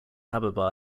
ababa